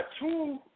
two